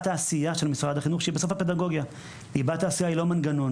העשייה של משרד החינוך שהיא בסוף הפדגוגיה היא בת העשייה היא לא מנגנון,